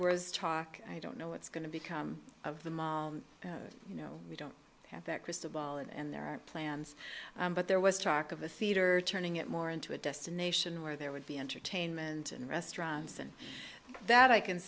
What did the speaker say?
was talk i don't know what's going to become of the you know we don't have that crystal ball and there are plans but there was talk of a theater turning it more into a destination where there would be entertainment and restaurants and that i can